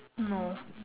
no